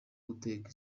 guteka